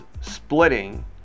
splitting